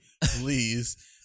please